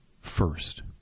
first